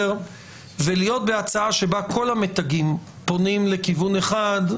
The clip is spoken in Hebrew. להיות בהצעה שבה כל המתגים פונים לכיוון אחד,